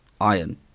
iron